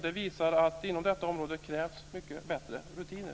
Det visar att det inom detta område krävs mycket bättre rutiner.